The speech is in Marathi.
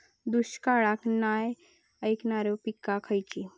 दुष्काळाक नाय ऐकणार्यो पीका खयली?